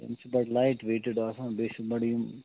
یہِ چھِ بَڑٕ لایٹ ویٹِڈ آسان بیٚیہِ چھِ بَڑٕ یِم